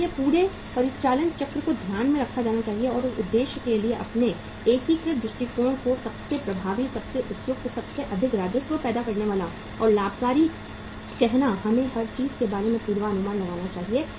इसलिए पूरे परिचालन चक्र को ध्यान में रखा जाना चाहिए और उस उद्देश्य के लिए अपने एकीकृत दृष्टिकोण को सबसे प्रभावी सबसे उपयुक्त सबसे अधिक राजस्व पैदा करना और लाभकारी कहना हमें हर चीज के बारे में पूर्वानुमान लगाना चाहिए